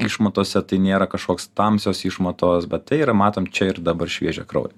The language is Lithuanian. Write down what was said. išmatose tai nėra kažkoks tamsios išmatos bet tai yra matom čia ir dabar šviežią kraują